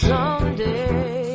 Someday